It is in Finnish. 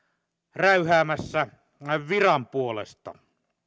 räyhäämässä näin viran puolesta